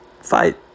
fight